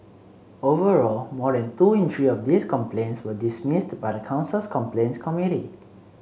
overall more than two in three of these complaints were dismissed by the council's complaints committee